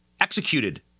executed